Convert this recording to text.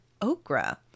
okra